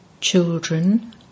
Children